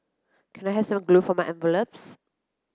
can I have some glue for my envelopes